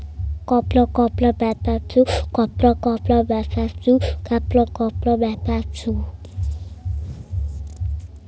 हरे मटर की फसल में कीड़े लग जाते हैं उसके लिए किस तकनीक का इस्तेमाल करें जिससे कीड़े परेशान ना कर सके?